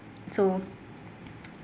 so